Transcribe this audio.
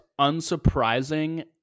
unsurprising